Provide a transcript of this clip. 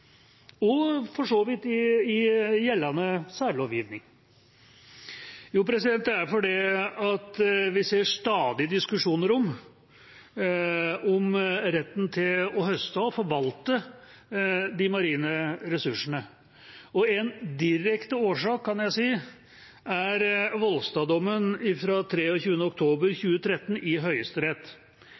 og det for så vidt er gjeldende særlovgivning? Jo, det er fordi vi stadig ser diskusjoner om retten til å høste av og forvalte de marine ressursene. Og en direkte årsak, kan jeg si, er Voldstad-dommen fra 23. oktober 2013 i Høyesterett,